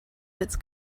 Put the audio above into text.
its